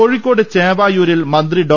കോഴിക്കോട് ചേവായൂരിൽ മന്ത്രി ഡോ